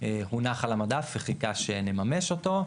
הונח על המדף וחיכה שנממש אותו,